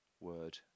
word